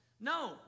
No